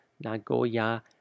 Nagoya